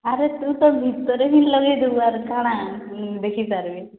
ଆରେ ତୁ ତ ଭିତରେ ବି ଲଗେଇଦେବୁ ଆର୍ କାଣା ଦେଖିପାରିବେ